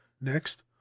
next